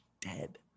dead